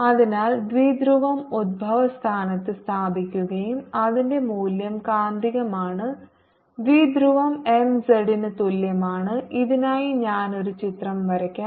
അതിനാൽ ദ്വിധ്രുവം ഉത്ഭവസ്ഥാനത്ത് സ്ഥാപിക്കുകയും അതിന്റെ മൂല്യം കാന്തികമാണ് ദ്വിധ്രുവം mz ന് തുല്യമാണ് ഇതിനായി ഞാൻ ഒരു ചിത്രം വരയ്ക്കാം